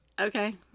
Okay